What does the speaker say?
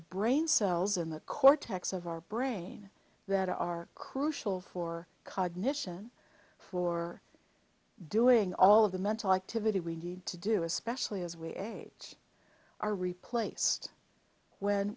brain cells in the cortex of our brain that are crucial for cognition for doing all of the mental activity we need to do especially as we age are replaced when